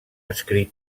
escrit